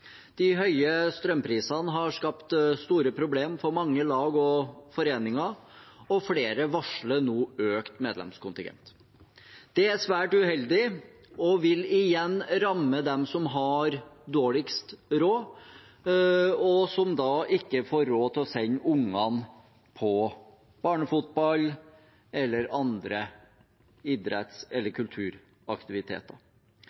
De høye strømprisene har skapt store problemer for mange lag og foreninger, og flere varsler nå økt medlemskontingent. Det er svært uheldig og vil igjen ramme dem som har dårligst råd, som da ikke får råd til å sende ungene på barnefotball eller andre idretts- eller